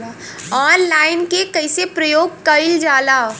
Online के कइसे प्रयोग कइल जाला?